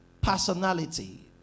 personality